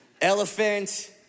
Elephant